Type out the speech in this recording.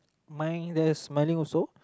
mind that's many a shop